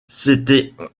s’était